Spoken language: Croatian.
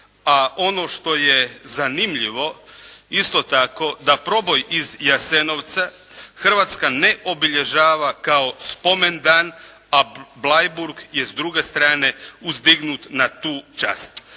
A ono što je zanimljivo isto tako, da proboj iz Jasenovca Hrvatska ne obilježava kao spomendan a Bleiburg je s druge strane uzdignut na tu čast.